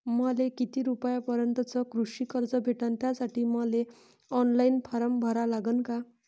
मले किती रूपयापर्यंतचं कृषी कर्ज भेटन, त्यासाठी मले ऑनलाईन फारम भरा लागन का?